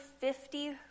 fifty